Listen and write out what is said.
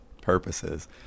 purposes